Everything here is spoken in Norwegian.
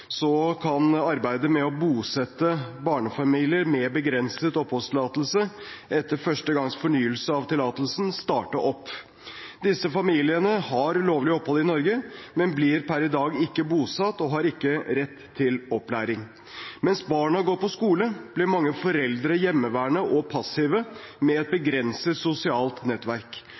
kan arbeidet med å bosette barnefamilier med begrenset oppholdstillatelse etter første gangs fornyelse av tillatelsen, starte opp. Disse familiene har lovlig opphold i Norge, men blir per i dag ikke bosatt og har ikke rett til opplæring. Mens barna går på skole, blir mange foreldre hjemmeværende og passive, med et begrenset sosialt nettverk.